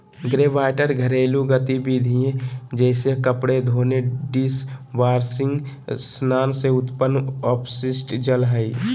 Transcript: greywater घरेलू गतिविधिय जैसे कपड़े धोने, डिशवाशिंग स्नान से उत्पन्न अपशिष्ट जल हइ